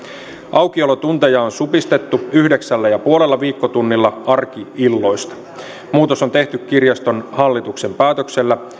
aukiolotunteja on supistettu yhdeksällä pilkku viidellä viikkotunnilla arki illoista muutos on tehty kirjaston hallituksen päätöksellä